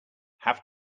have